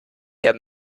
herr